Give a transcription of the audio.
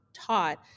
taught